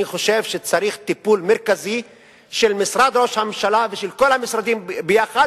אני חושב שצריך טיפול מרכזי של משרד ראש הממשלה ושל כל המשרדים ביחד